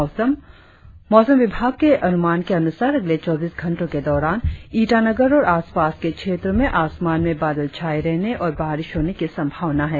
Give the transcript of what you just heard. और अब मौसम मौसम विभाग के अनुमान के अनुसार अगले चौबीस घंटो के दौरान ईटानगर और आसपास के क्षेत्रो में आसमान में बादल छाये रहने और बारिश होने की संभावना है